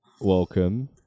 Welcome